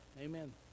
Amen